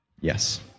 Yes